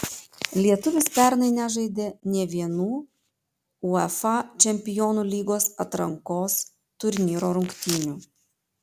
lietuvis pernai nežaidė nė vienų uefa čempionų lygos atrankos turnyro rungtynių